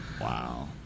Wow